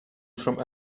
from